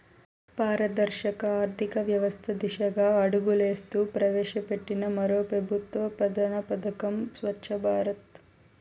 పారదర్శక ఆర్థికవ్యవస్త దిశగా అడుగులేస్తూ ప్రవేశపెట్టిన మరో పెబుత్వ ప్రధాన పదకం స్వచ్ఛ భారత్